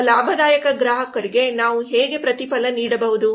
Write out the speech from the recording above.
ನಮ್ಮ ಲಾಭದಾಯಕ ಗ್ರಾಹಕರಿಗೆ ನಾವು ಹೇಗೆ ಪ್ರತಿಫಲ ನೀಡಬಹುದು